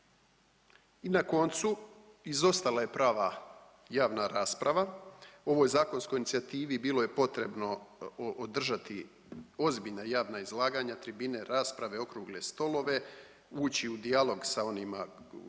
I na koncu izostala je prava javna rasprava. O ovoj zakonskoj inicijativi bilo je potrebno održati ozbiljna javna izlaganja, tribine, rasprave, okrugle stolove, ući u dijalog sa onima koji